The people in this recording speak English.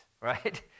right